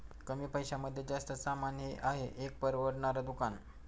कमी पैशांमध्ये जास्त सामान हे आहे एक परवडणार दुकान